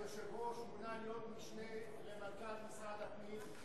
היושב-ראש מונה להיות משנה למנכ"ל משרד הפנים.